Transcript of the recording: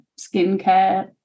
skincare